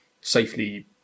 safely